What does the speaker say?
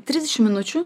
trisdešim minučių